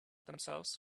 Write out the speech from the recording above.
themselves